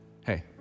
Hey